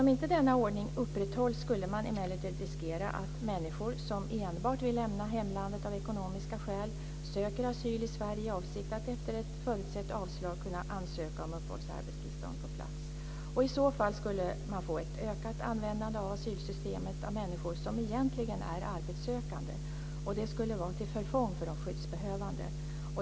Om inte denna ordning upprätthålls skulle man emellertid riskera att människor som enbart vill lämna hemlandet av ekonomiska skäl söker asyl i Sverige i avsikt att efter ett förutsett avslag kunna ansöka om uppehålls och arbetstillstånd på plats. I så fall skulle man få ett ökat användande av asylsystemet av människor som egentligen är arbetssökande. Detta skulle vara till förfång för de skyddsbehövande.